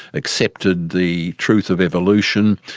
accepted the truth of evolution,